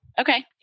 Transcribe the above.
Okay